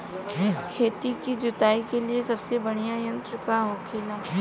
खेत की जुताई के लिए सबसे बढ़ियां यंत्र का होखेला?